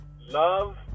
love